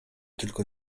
tylko